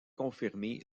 confirmé